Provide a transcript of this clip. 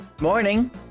Morning